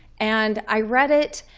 and i read it.